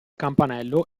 campanello